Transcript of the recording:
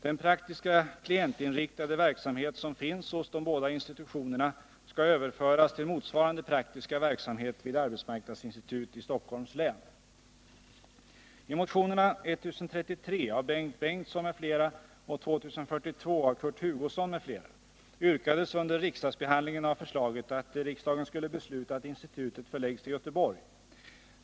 Den praktiska klientinriktade verksamhet som finns hos de båda institutionerna skall överföras till motsvarande praktiska verksamhet vid arbetsmarknadsinstitut i Stockholms län. I motionerna 1033 av Bengt Bengtsson m.fl. och 2042 av Kurt Hugosson m.fl. yrkades under riksdagsbehandlingen av förslaget, att riksdagen skulle besluta att institutet förläggs till Göteborg.